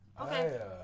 Okay